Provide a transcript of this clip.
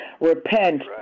repent